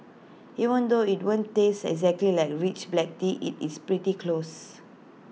even though IT won't taste exactly like rich black tea IT is pretty close